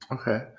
Okay